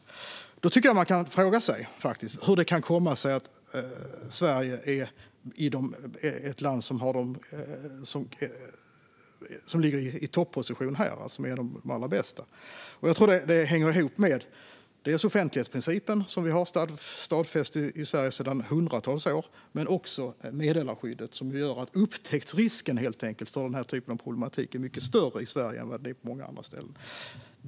Jag tycker att vi kan fråga oss hur det kan komma sig att Sverige är ett av de länder som ligger i topposition. Det hänger ihop med offentlighetsprincipen, som är stadfäst i Sverige sedan hundratals år, men också med meddelarskyddet. Det gör att upptäcktsrisken för den här typen av problematik helt enkelt är mycket större i Sverige än på många andra ställen.